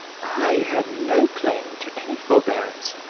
i had no claim to any forbearance,